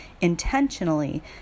intentionally